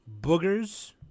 boogers